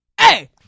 hey